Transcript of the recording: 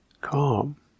calm